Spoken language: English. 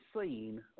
seen